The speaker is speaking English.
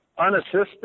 unassisted